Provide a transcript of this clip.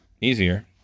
easier